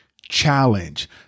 challenge